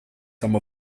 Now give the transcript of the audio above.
some